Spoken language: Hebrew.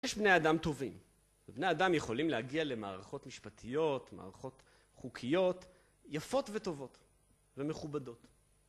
יש בני אדם טובים, בני אדם יכולים להגיע למערכות משפטיות, מערכות חוקיות, יפות וטובות ומכובדות